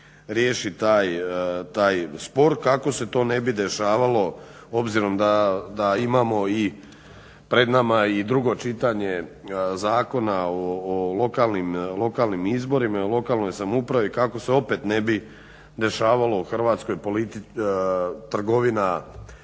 riješi taj spor kako se to ne bi dešavalo obzirom da imamo pred nama i drugo čitanje Zakona o lokalnim izborima i o lokalnoj samoupravi kako se opet ne bi dešavala trgovina